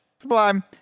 Sublime